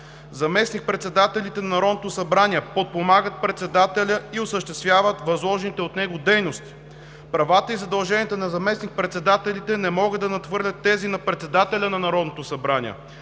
„Заместник-председателите на Народното събрание подпомагат председателя и осъществяват възложените от него дейности.“ Правата и задълженията на заместник-председателите не могат да надхвърлят тези на председателя на Народното събрание,